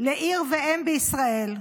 לעיר ואם בישראל,